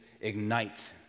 ignite